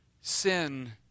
sin